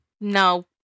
No